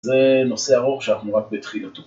זה נושא ארוך שאנחנו רק בתחילתו.